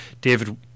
David